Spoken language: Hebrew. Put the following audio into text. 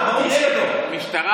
אופיר, אתה יודע